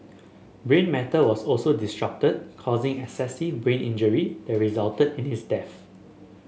brain matter was also disrupted causing excessive brain injury that resulted in his death